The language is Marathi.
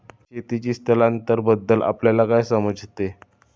शेतीचे स्थलांतरबद्दल आपल्याला काय समजते?